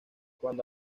cuando